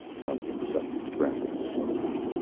duncan sucked his breath in slowly.